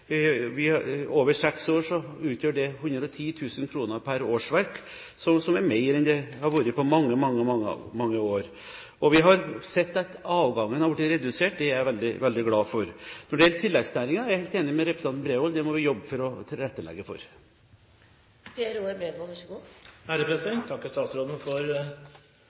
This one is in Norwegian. Over seks år utgjør det 110 000 kr per årsverk, noe som er mer enn det har vært på mange, mange år. Vi har sett at avgangen er blitt redusert, det er jeg veldig glad for. Når det gjelder tilleggsnæringer, er jeg helt enig med representanten Bredvold i at det må vi jobbe for å tilrettelegge for.